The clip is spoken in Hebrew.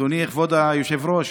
אדוני כבוד היושב-ראש,